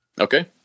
Okay